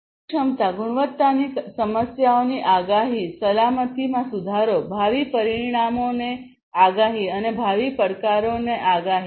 કાર્યક્ષમતા ગુણવત્તાની સમસ્યાઓની આગાહી સલામતીમાં સુધારો ભાવિ પરિણામોની આગાહી અને ભાવિ પડકારોની આગાહી